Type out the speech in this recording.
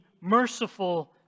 merciful